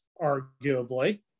arguably